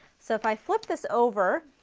so if i flip this over